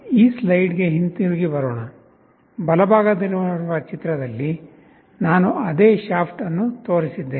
ಈ ಸ್ಲೈಡ್ಗೆ ಹಿಂತಿರುಗಿ ಬರೋಣ ಬಲಭಾಗದಲ್ಲಿರುವ ಚಿತ್ರದಲ್ಲಿ ನಾನು ಅದೇ ಶಾಫ್ಟ್ಅನ್ನು ತೋರಿಸಿದ್ದೇನೆ